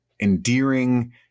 endearing